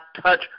touch